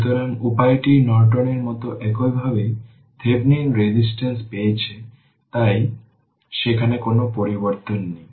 সুতরাং উপায়টি নর্টনের মতো একইভাবে থেভেনিন রেজিস্ট্যান্স পেয়েছে তাই সেখানে কোনও পরিবর্তন নেই